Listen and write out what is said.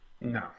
No